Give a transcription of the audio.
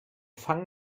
fangen